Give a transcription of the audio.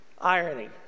irony